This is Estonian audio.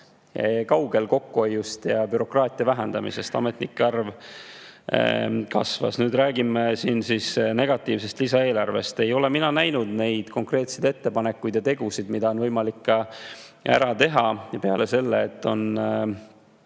kaugel kokkuhoiust ja bürokraatia vähendamisest. Ametnike arv kasvas. Nüüd räägime negatiivsest lisaeelarvest. Ei ole mina näinud konkreetseid ettepanekuid ja tegusid, mida on võimalik ära teha, peale jutu, et